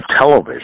television